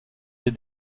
des